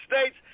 States